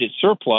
surplus